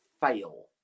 fail